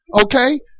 Okay